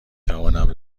توانم